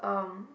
um